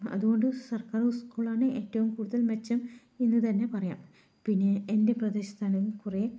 അതുകൊണ്ട് സര്ക്കാര് സ്കൂളാണ് ഏറ്റവും കൂടുതല് മെച്ചം എന്ന് തന്നെ പറയാം പിന്നെ എന്റെ പ്രദേശത്താണെങ്കിൽ കുറേ